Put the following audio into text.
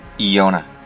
Iona